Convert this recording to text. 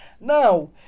Now